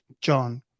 John